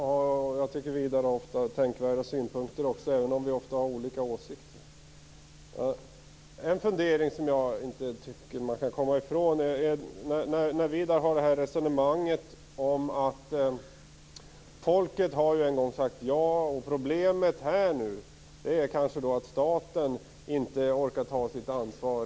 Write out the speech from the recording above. Herr talman! Jag tycker att man ofta kan respektera Widar Anderssons inställning. Han har ofta tänkvärda synpunkter - även om vi ofta har olika åsikter. En fundering som jag inte tycker att man kan komma ifrån gäller Widar Anderssons resonemang om att folket en gång har sagt ja. Problemet är kanske nu att staten inte riktigt orkar ta sitt ansvar.